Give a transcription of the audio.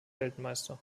weltmeister